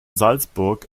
salzburg